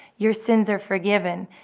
your sins are forgiven.